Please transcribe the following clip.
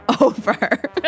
over